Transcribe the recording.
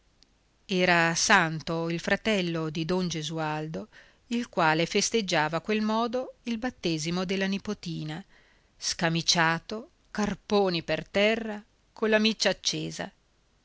era santo il fratello di don gesualdo il quale festeggiava a quel modo il battesimo della nipotina scamiciato carponi per terra colla miccia accesa